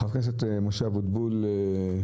חבר הכנסת משה אבוטבול,